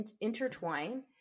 intertwine